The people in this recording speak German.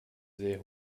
sehr